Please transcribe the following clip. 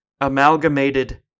Amalgamated